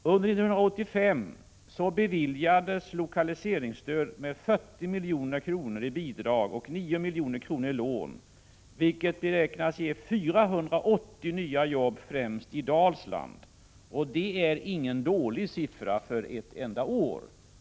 Under 1985 beviljades lokaliseringsstöd med 40 milj.kr. i bidrag och 9 milj.kr. i lån, vilket beräknas ge 480 nya jobb, främst i Dalsland, och det är ingen dålig siffra för ett enda år.